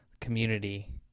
community